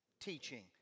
teaching